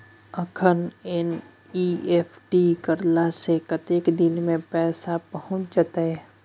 अखन एन.ई.एफ.टी करला से कतेक दिन में पैसा पहुँच जेतै?